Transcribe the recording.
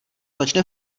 začne